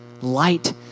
Light